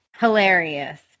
Hilarious